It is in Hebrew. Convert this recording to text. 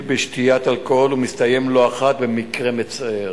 בשתיית אלכוהול ומסתיים לא אחת במקרה מצער.